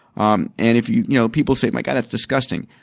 um and if you know people say, my god that's disgusting.